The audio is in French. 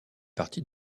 partie